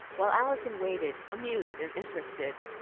while alison waited, amused and interested.